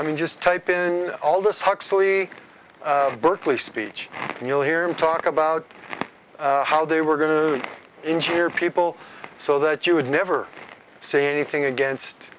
i mean just type in all this huxley berkeley speech and you'll hear him talk about how they were going to injure people so that you would never say anything against